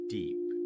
deep